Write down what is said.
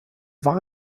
war